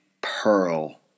Pearl